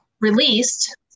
released